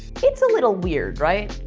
it's a little weird, right?